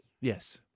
Yes